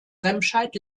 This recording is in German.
remscheid